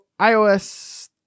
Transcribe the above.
iOS